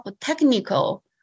technical